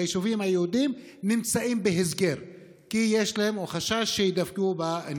ביישובים היהודיים נמצאים בהסגר כי יש חשש שנדבקו בנגיף.